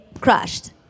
crushed